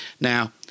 Now